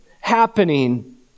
happening